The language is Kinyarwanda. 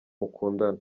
mukundana